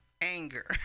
Anger